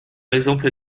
exemple